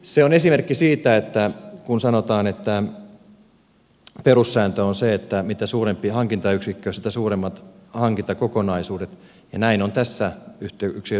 se on esimerkki siitä että kun sanotaan että perussääntö on se että mitä suurempi hankintayksikkö sitä suuremmat hankintakokonaisuudet näin on tässä yhteydessä käynyt